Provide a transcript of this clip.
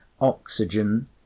Oxygen